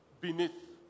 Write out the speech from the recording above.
beneath